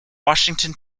washington